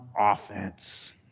offense